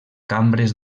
cambres